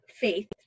faith